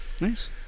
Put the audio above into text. Nice